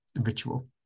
ritual